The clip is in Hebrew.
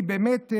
כי באמת,